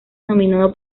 nominado